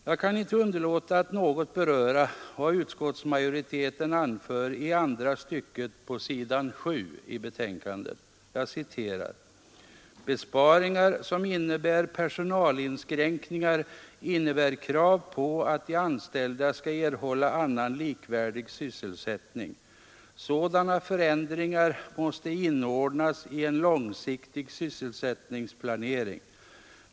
Jag kan inte underlåta att något beröra vad utskottsmajoriteten anför i andra stycket på s. 7 i betänkandet: ”Besparingar som innebär personalinskränkningar innebär krav på att de anställda skall erhålla annan likvärdig sysselsättning. Sådana förändringar måste inordnas i en långsiktig sysselsättningsplanering.